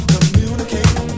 Communicate